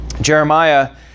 Jeremiah